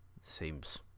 Seems